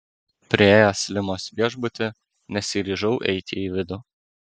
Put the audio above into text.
priėjęs limos viešbutį nesiryžau eiti į vidų